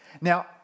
Now